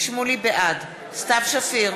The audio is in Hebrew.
בעד סתיו שפיר,